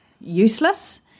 useless